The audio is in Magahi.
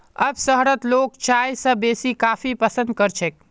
अब शहरत लोग चाय स बेसी कॉफी पसंद कर छेक